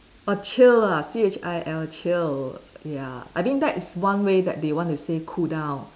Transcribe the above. orh chill lah C H I L chill ya I mean that is one way that they want to say cool down